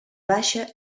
baixa